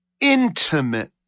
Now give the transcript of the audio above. intimate